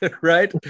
right